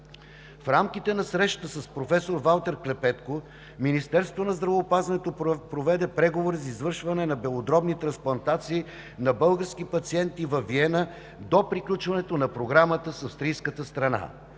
В рамките на срещата с професор Валтер Клепетко Министерството на здравеопазването проведе преговори за извършване на белодробни трансплантации на български пациенти във Виена до приключването на програмата с австрийската страна.